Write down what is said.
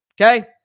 Okay